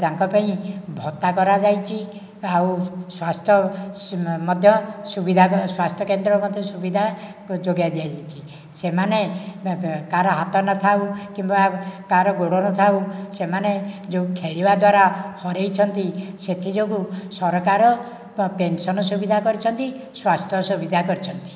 ତାଙ୍କ ପାଇଁ ଭତ୍ତା କରାଯାଇଛି ଆଉ ସ୍ୱାସ୍ଥ୍ୟ ମଧ୍ୟ ସୁବିଧା ସ୍ୱାସ୍ଥ୍ୟ କେନ୍ଦ୍ର ମଧ୍ୟ ସୁବିଧା ଯୋଗେଇ ଦିଆଯାଇଛି ସେମାନେ କାହାର ହାତ ନଥାଉ କିମ୍ବା କାହାର ଗୋଡ଼ ନଥାଉ ସେମାନେ ଯେଉଁ ଖେଳିବା ଦ୍ଵାରା ହରେଇଛନ୍ତି ସେଥି ଯୋଗୁଁ ସରକାର ପେନସନ ସୁବିଧା କରିଛନ୍ତି ସ୍ୱାସ୍ଥ୍ୟ ସୁବିଧା କରିଛନ୍ତି